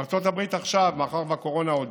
בארצות הברית, מאחר שהקורונה עוד